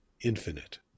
infinite